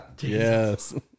Yes